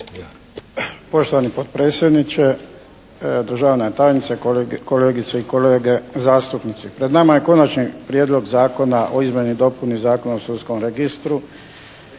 gospodine potpredsjedniče, državna tajnice, kolegice i kolege. Upravo je pred nama Konačni prijedlog Zakona o izmjenama i dopunama Zakona u sudskom registru